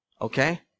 okay